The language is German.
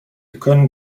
können